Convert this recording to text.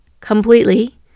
completely